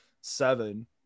seven